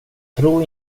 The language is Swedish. tro